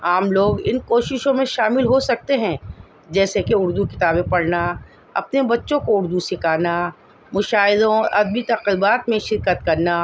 عام لوگ ان کوششوں میں شامل ہو سکتے ہیں جیسے کہ اردو کتابیں پڑھنا اپنے بچوں کو اردو سکھانا مشاعروں ادبی تقریبات میں شرکت کرنا